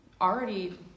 already